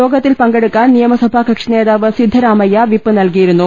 യോഗത്തിൽ പങ്കെടുക്കാൻ നിയ മസഭാകക്ഷിനേതാവ് സിദ്ധരാമയ്യ വിപ്പ് നൽകിയിരുന്നു